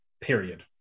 Period